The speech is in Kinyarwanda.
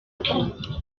agwa